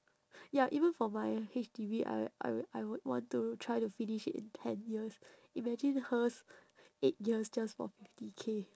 ya even for my H_D_B I I w~ I would want to try to finish it in ten years imagine hers eight years just for fifty K